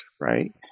right